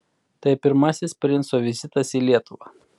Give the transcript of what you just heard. tai pirmasis princo vizitas į lietuvą